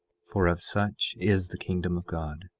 for of such is the kingdom of god.